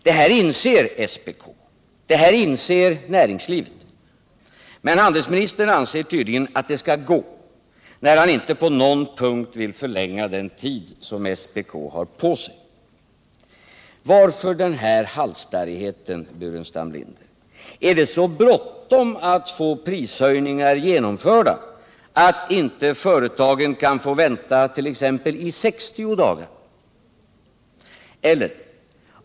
Det här inser SPK. Det här inser näringslivet, men handelsministern anser 15 att i förväg anmäla planerade prishöjningar tydligen att det skall gå när han inte på någon punkt vill förlänga den tid som SPK har på sig. Varför den här halsstarrigheten, herr Burenstam Linder? Är det så bråttom med att få prishöjningar genomförda att inte företagen kan få vänta i t.ex. 60 dagar?